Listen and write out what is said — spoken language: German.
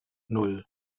nan